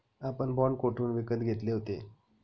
आपण बाँड कोठून विकत घेतले होते?